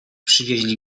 przywieźli